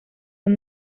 and